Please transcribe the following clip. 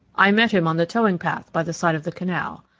i met him on the towing-path by the side of the canal.